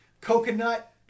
coconut